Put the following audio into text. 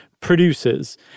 produces